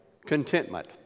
contentment